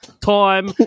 time